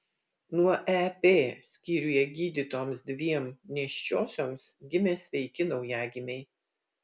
nuo ep skyriuje gydytoms dviem nėščiosioms gimė sveiki naujagimiai